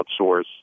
outsource